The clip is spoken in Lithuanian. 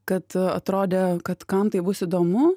kad atrodė kad kam tai bus įdomu